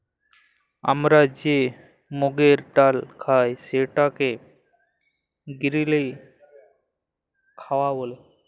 আমরা যে মুগের ডাইল খাই সেটাকে গিরিল গাঁও ব্যলে